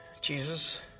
Jesus